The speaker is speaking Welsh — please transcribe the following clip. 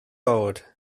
oed